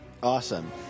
Awesome